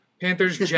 Panthers